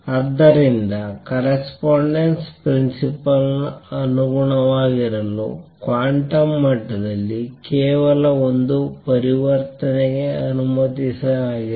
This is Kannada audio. ಆದ್ದರಿಂದ ಕರಸ್ಪಾಂಡೆನ್ಸ್ ಪ್ರಿನ್ಸಿಪಲ್ ಅನುಗುಣವಾಗಿರಲು ಕ್ವಾಂಟಮ್ ಮಟ್ಟದಲ್ಲಿ ಕೇವಲ ಒಂದು ಪರಿವರ್ತನೆಗೆ ಅನುಮತಿಸಲಾಗಿದೆ